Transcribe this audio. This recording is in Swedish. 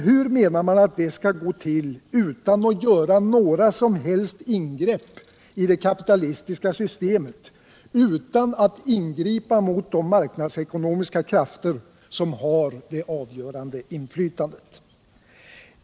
Hur menar man att det skall gå till utan att göra några som helst ingrepp i det kapitalistiska systemet och utan att ingripa mot de marknadsekonomiska krafter som har det avgörande inflytandet?